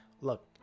Look